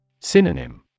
Synonym